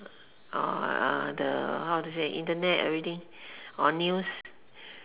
or uh the how to say internet everything or news